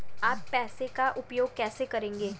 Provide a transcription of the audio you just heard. आप पैसे का उपयोग कैसे करेंगे?